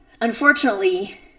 Unfortunately